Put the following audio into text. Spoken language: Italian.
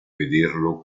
vederlo